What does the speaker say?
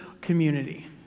community